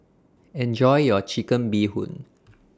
Enjoy your Chicken Bee Hoon